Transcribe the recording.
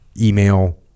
email